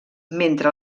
mentre